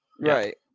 right